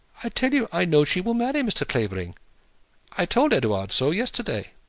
i tell you i know she will marry, mr. clavering i told edouard so yesterday.